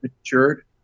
matured